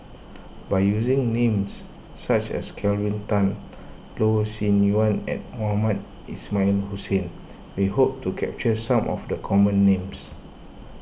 by using names such as Kelvin Tan Loh Sin Yun and Mohamed Ismail Hussain we hope to capture some of the common names